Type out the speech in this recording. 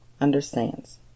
understands